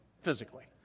physically